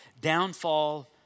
downfall